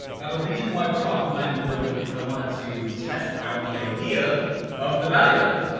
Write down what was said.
now the reason why i put offermind in the middle is because i wanted to test out the idea of the value ladder,